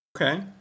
Okay